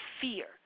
fear